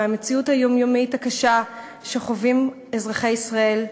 מהמציאות היומיומית הקשה שחווים אזרחי ישראל,